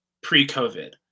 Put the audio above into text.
pre-COVID